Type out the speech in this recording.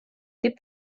deep